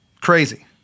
crazy